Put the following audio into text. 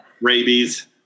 Rabies